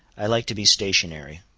i like to be stationary.